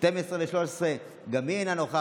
12 ו-13, גם היא אינה נוכחת,